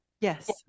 Yes